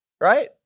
right